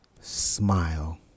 Smile